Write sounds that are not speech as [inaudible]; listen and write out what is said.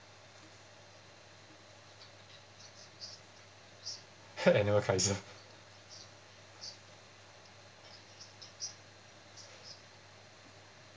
[laughs]